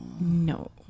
no